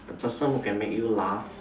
the person who can make you laugh